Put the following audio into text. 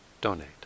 donate